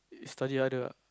study harder ah